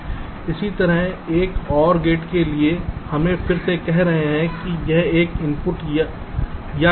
इसी तरह एक OR गेट के लिए हमें फिर से कहें कि यह एक इनपुट या गेट है